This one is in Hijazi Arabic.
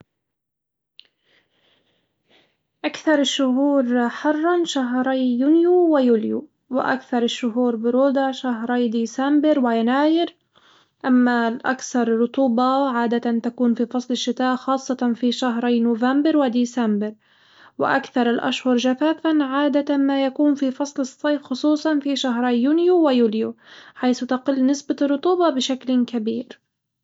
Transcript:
أكثر الشهور حرًا شهري يونيو ويوليو، وأكثر الشهور برودة شهري ديسمبر ويناير، أما الأكثر رطوبة عادة تكون في فصل الشتاء خاصة في شهري نوفمبر وديسمبر، وأكثر الأشهر جفافًا عادة يكون في فصل الصيف خصوصًا في شهري يونيو ويوليو، حيث تقل نسبة الرطوبة بشكل كبير.